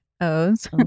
O's